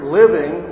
living